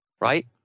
right